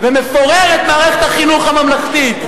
הממלכתיים ומפורר את מערכת החינוך הממלכתית.